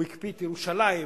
הוא הקפיא את ירושלים,